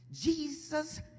Jesus